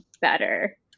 better